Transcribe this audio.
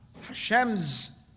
Hashem's